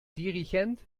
dirigent